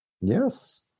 Yes